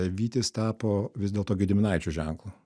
vytis tapo vis dėlto gediminaičių ženklu